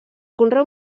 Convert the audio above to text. conreu